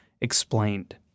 Explained